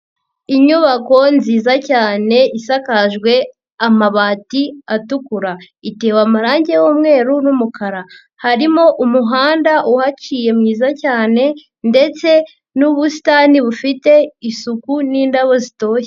Inyubako nziza cyane isakajwe amabati atukura, itewe amarangi y'umweru n'umukara, harimo umuhanda uhaciye mwiza cyane ndetse n'ubusitani bufite isuku n'indabo zitoshye.